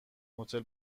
هتل